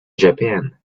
japan